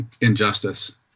injustice